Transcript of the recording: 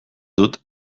dut